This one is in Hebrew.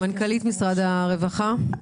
מנכ"לית משרד הרווחה בבקשה.